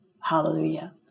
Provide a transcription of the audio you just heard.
hallelujah